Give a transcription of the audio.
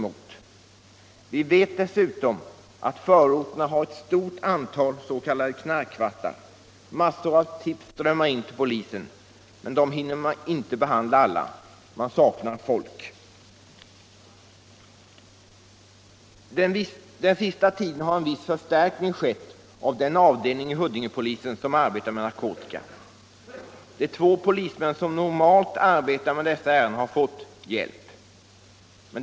— Nr 89 Vi vet dessutom att förorterna har ett stort antal s.k. knarkkvartar. Massor av tips strömmar in till polisen, men den hinner inte behandla alla eftersom det saknas folk. Den senaste tiden har en viss förstärkning skett av den avdelning = Anslag till polisväi Huddingepolisen som arbetar med narkotika. De två polismän som = sendet normalt arbetar med dessa ärenden har fått hjälp.